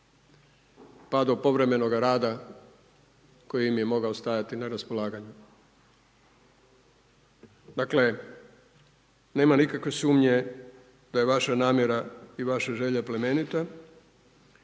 pa do povremenoga rada koji im je mogao stajati na raspolaganju. Dakle nema nikakve sumnje da je vaša namjera i vaše želje plemenita,